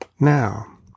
Now